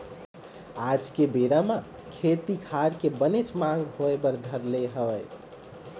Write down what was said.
आज के बेरा म खेती खार के बनेच मांग होय बर धर ले हवय